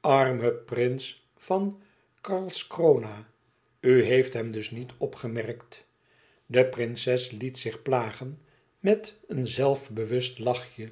arme prins van karlskrona u heeft hem dus niet opgemerkt de prinses liet zich plagen met een zelfbewust lachje